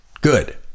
Good